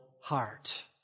heart